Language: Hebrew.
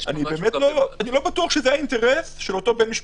אני לא בטוח שזה האינטרס של אותו בן משפחה.